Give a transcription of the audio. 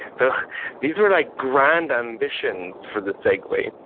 so these are like grand ambitions for the segway.